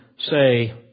Say